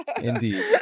indeed